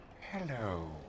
Hello